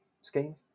scheme